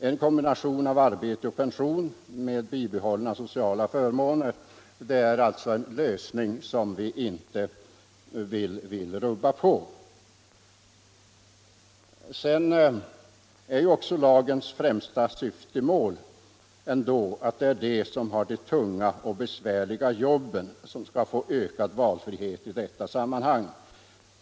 En kombination av arbete och pension med bibehållna sociala förmåner är alltså en lösning som vi inte vill rubba på. Lagens främsta syftemål är ju att de som har de tunga och besvärliga 101 jobben skall få ökad valfrihet i detta sammanhang.